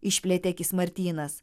išplėtę akis martynas